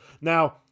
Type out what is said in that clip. Now